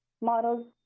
models